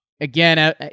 Again